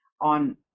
on